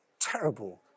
terrible